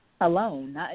alone